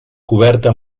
coberta